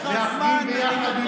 חוקים לסתימת פיות ברשתות החברתיות,